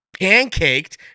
pancaked